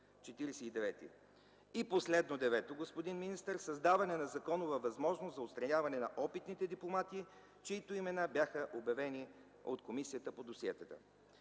Последно, девето, господин министър, създаване на законова възможност за отстраняване на опитните дипломати, чиито имена бяха обявени от Комисията по досиетата.